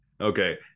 Okay